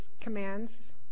commands